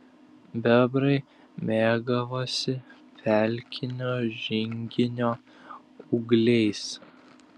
bebrai mėgavosi pelkinio žinginio ūgliais